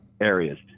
areas